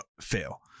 fail